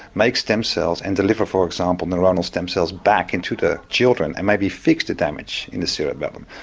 make stem cells and deliver, for example, neuronal stem cells back into the children and maybe fix the damage in the cerebellum.